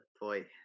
boy